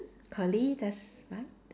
curly that's right